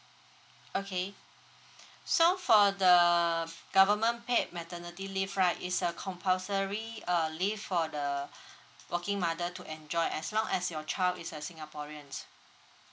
okay so for the government paid maternity leave right is a compulsory uh leave for the working mother to enjoy as long as your child is a singaporeans